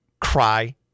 cry